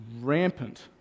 rampant